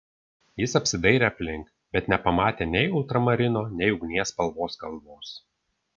jis apsidairė aplink bet nepamatė nei ultramarino nei ugnies spalvos kalvos